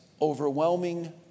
overwhelming